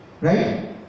Right